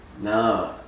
No